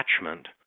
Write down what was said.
attachment